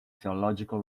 theological